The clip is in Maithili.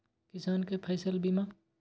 किसान कै फसल बीमा?